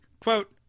quote